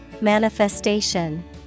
Manifestation